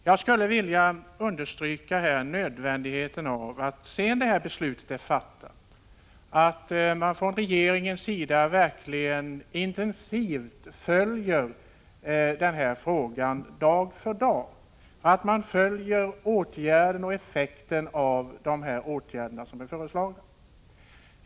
Jag skulle vilja understryka nödvändigheten av att regeringen, sedan beslutet är fattat, verkligen intensivt följer denna fråga dag för dag och kontrollerar effekten av de åtgärder som är föreslagna.